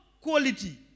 quality